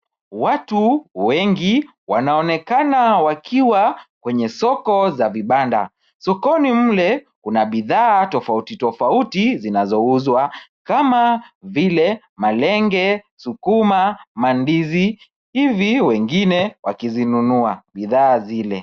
Watu wengi wanaonekana wakiwa kwenye soko za vibanda. Soko ni mle kuna bidhaa tofauti tofauti zinazouzwa kama vile malenge, sukuma, mandizi, hivi wengine wakizinunua. Bidhaa zile.